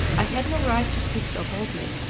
i had no right to speak so boldly,